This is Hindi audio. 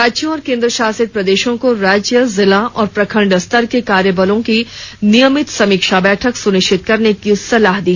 राज्यों और केंद्रशासित प्रदेशों को राज्य जिला और प्रखंड स्तर के कार्यबलों की नियमित समीक्षा बैठक सुनिश्चित करने की सलाह दी